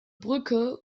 brücke